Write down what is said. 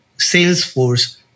Salesforce